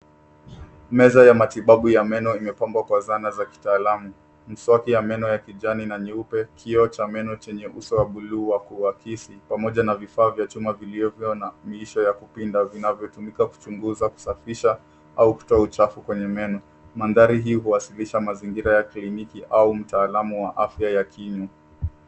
Meza ya matibabu ya meno imepambwa kwa zana za kitaalamu. Mswaki wa meno wa kijani na nyeupe, kioo cha meno chenye uso wa bluu wa kuwakisi vinavyo mwisho wa kupindavinavyotumika kusafisha au kutoa uchafu kwenye meno mandhari hii huwasilisha mazingira ya kliniki au mtaalamu wa afya ya kinywa.